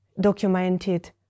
documented